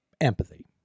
empathy